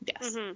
yes